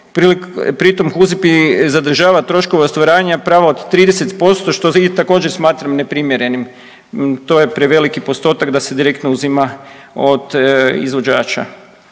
Pritom HUZIP zadržava troškove ostvarivanja prava od 30% što također smatram neprimjerenim. To je preveliki postotak da se direktno uzima od izvođača.